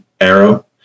Arrow